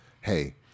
hey